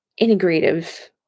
integrative